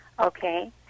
Okay